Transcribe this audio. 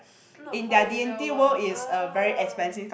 not found in real world ah